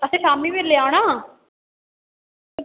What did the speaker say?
असें शामीं बेल्लै आना